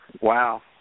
Wow